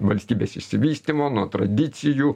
valstybės išsivystymo nuo tradicijų